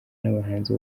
n’abahanzi